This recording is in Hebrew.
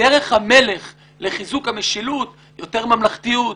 דרך המלך לחיזוק המשילות היא יותר ממלכתיות,